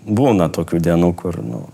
būna tokių dienų kur nu